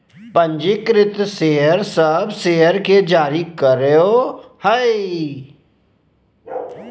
पंजीकृत शेयर सब शेयर के जारी करो हइ